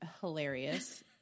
hilarious